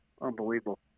Unbelievable